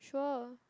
sure